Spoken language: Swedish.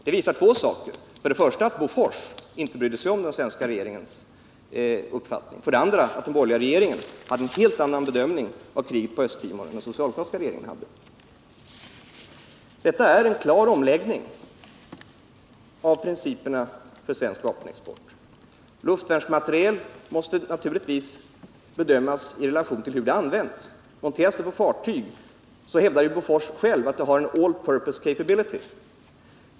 Det visar två saker: dels att Bofors inte brydde sig om den svenska regeringens uppfattning, dels att den borgerliga regeringen hade en helt annan bedömning av kriget på Östra Timor än den socialdemokratiska regeringen hade. Detta är en klar omläggning av principerna för svensk vapenexport. Luftvärnsmateriel måste naturligtvis bedömas i relation till hur den används. Monteras den på fartyg hävdar Bofors att det har en ”all purpose capability”.